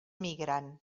migren